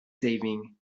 saving